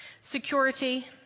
Security